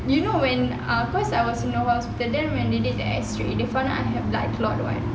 you know when ah first I was in the hospital then when they did the X-ray they found out I have blood clot [what]